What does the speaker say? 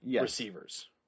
receivers